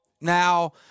Now